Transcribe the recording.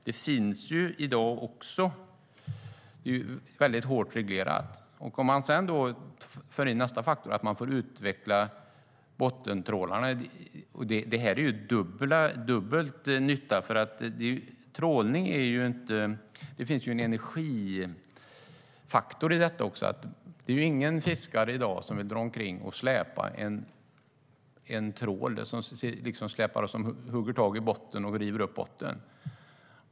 Det är alltså hårt reglerat också i dag. Om man för in nästa faktor - att man får utveckla bottentrålarna - blir det dubbel nytta. Det finns också en energifaktor i detta. Det är ingen fiskare i dag som vill dra omkring på och släpa en trål som hugger tag i bottnen och river upp den.